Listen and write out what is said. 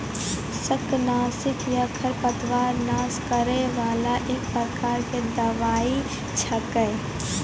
शाकनाशी या खरपतवार नाश करै वाला एक प्रकार के दवाई छेकै